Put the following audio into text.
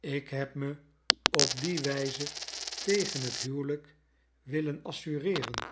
ik heb me op die wijze tegen het huwelijk willen assureeren